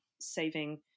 saving